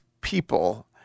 people